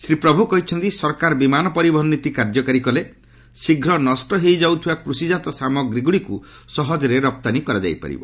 ଶ୍ରୀ ପ୍ରଭୁ କହିଛନ୍ତି ସରକାର ବିମାନ ପରିବହନ ନୀତି କାର୍ଯ୍ୟକାରୀ କଲେ ଶୀଘ୍ର ନଷ୍ଟ ହୋଇଯାଉଥିବା କୃଷିଜାତ ସାମଗ୍ରୀଗୁଡ଼ିକୁ ସହଜରେ ରପ୍ତାନୀ କରାଯାଇ ପାରିବ